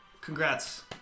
Congrats